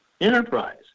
enterprise